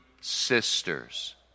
sisters